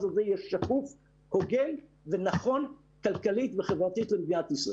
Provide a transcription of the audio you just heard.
הזה יהיה שקוף ונכון כלכלית וחברתית למדינת ישראל.